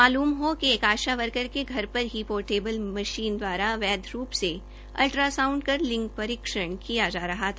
मालूम हो कि एक आशा वर्कर के घर पर ही पोर्टेबल मशीन द्वारा अवैध रूप से अल्ट्रासाउंड कर लिंग परीक्षण किया जा रहा था